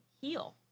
heal